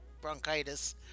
bronchitis